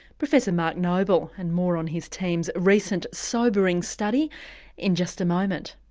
professor mark noble and more on his team's recent sobering study in just a moment.